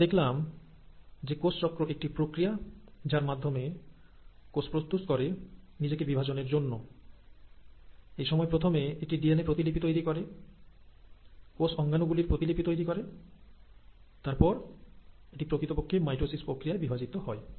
আজকে আমরা দেখলাম যে কোষ চক্র একটি প্রক্রিয়া যার মাধ্যমে কোষ প্রস্তুত করে নিজেকে বিভাজনের জন্য এই সময় প্রথমে এটি ডিএনএ প্রতিলিপি তৈরি করে কোষ অঙ্গাণু গুলির প্রতিলিপি তৈরি করে তারপর এটি প্রকৃতপক্ষে মাইটোসিস প্রক্রিয়ায় বিভাজিত হয়